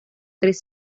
tres